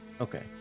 okay